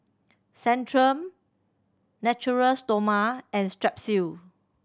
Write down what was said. Centrum Natura Stoma and Strepsil